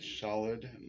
solid